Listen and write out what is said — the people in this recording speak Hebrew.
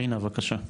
רינה בבקשה.